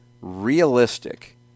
realistic